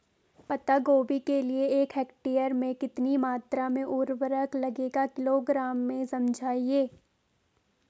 पत्ता गोभी के लिए एक हेक्टेयर में कितनी मात्रा में उर्वरक लगेगा किलोग्राम में समझाइए?